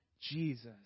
Jesus